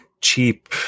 cheap